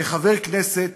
כחבר כנסת